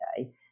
okay